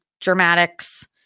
dramatics